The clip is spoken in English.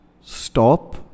Stop